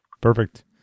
Perfect